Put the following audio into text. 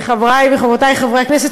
חברי וחברותי חברי הכנסת,